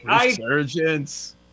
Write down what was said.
Resurgence